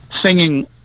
singing